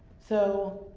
so,